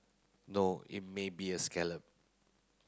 no it may be a scallop